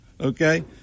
Okay